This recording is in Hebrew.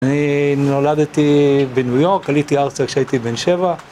אני נולדתי בניו יורק, עליתי ארצה כשהייתי בן שבע.